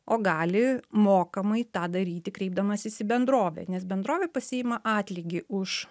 o gali mokamai tą daryti kreipdamasis į bendrovę nes bendrovė pasiima atlygį už